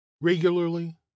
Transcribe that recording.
regularly